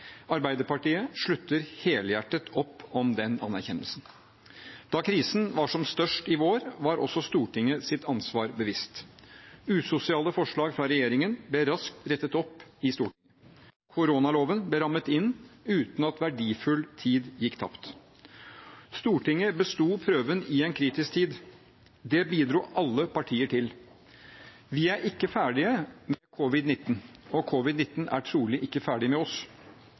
Arbeiderpartiet slutter helhjertet opp om den anerkjennelsen. Da krisen var som størst i vår, var også Stortinget seg sitt ansvar bevisst. Usosiale forslag fra regjeringen ble raskt rettet opp i Stortinget. Koronaloven ble rammet inn uten at verdifull tid gikk tapt. Stortinget bestod prøven i en kritisk tid. Det bidro alle partier til. Vi er ikke ferdige med covid-19, og covid-19 er trolig ikke ferdig med oss.